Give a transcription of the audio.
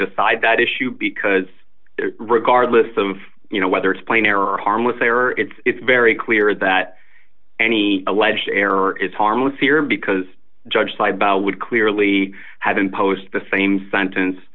decide that issue because regardless of you know whether it's plain air or harmless error it's very clear that any alleged error is harmless here because judge side bow would clearly have imposed the same sentence